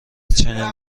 چنین